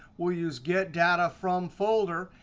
we'll use get data from folder.